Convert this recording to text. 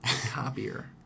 copier